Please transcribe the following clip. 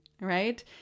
Right